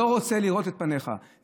לא רוצה לראות את פניך.